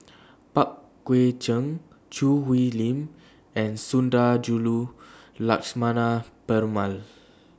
Pang Guek Cheng Choo Hwee Lim and Sundarajulu Lakshmana Perumal